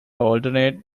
alternate